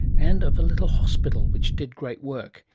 and of a little hospital which did great work,